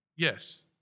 Yes